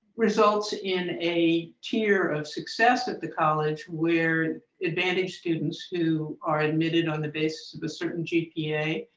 results in a tier of success at the college where advantaged students who are admitted on the basis of a certain gpa